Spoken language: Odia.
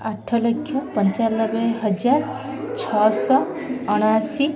ଆଠଲକ୍ଷ ପଞ୍ଚାନବେ ହଜାର ଛଅଶହ ଅଣାଅଶୀ